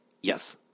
Yes